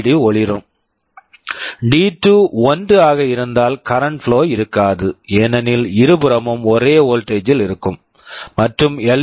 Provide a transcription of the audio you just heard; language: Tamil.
டி LED ஒளிரும் டி2 D2 1 ஆக இருந்தால் கரண்ட் பிளோ current flow இருக்காது ஏனெனில் இருபுறமும் ஒரே வோல்ட்டேஜ் voltage ல் இருக்கும் மற்றும் எல்